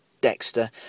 Dexter